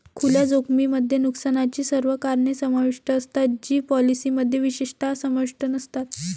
खुल्या जोखमीमध्ये नुकसानाची सर्व कारणे समाविष्ट असतात जी पॉलिसीमध्ये विशेषतः समाविष्ट नसतात